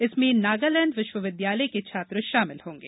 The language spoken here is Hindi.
जिसमें नागालैण्ड विश्वविद्यालय के छात्र शामिल होंगे